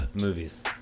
movies